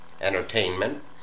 entertainment